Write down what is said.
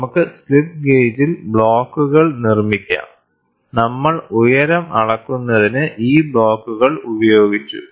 നമുക്ക് സ്ലിപ്പ് ഗേജിൽ ബ്ലോക്കുകൾ നിർമ്മിക്കാം നമ്മൾ ഉയരം അളക്കുന്നതിന് ഈ ബ്ലോക്കുകൾ ഉപയോഗിച്ചു